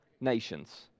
nations